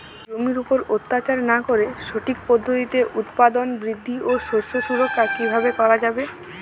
জমির উপর অত্যাচার না করে সঠিক পদ্ধতিতে উৎপাদন বৃদ্ধি ও শস্য সুরক্ষা কীভাবে করা যাবে?